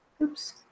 Oops